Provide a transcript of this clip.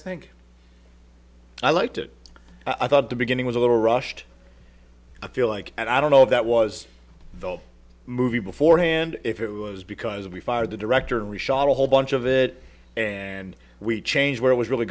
think i liked it i thought the beginning was a little rushed i feel like i don't know that was the movie beforehand if it was because we fired the director and we shot a whole bunch of it and we changed where it was really